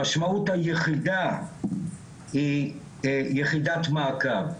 המשמעות היחידה היא יחידת מעקב,